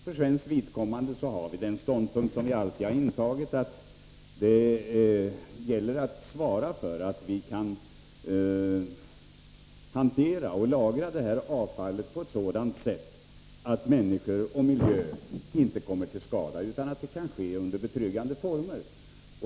För svenskt vidkommande har vi den ståndpunkt som vi alltid har intagit. Det gäller att svara för att vi kan hantera och lagra avfallet på ett sådant sätt att människor och miljö inte kommer till skada, utan att det hela kan ske under betryggande former.